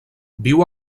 viu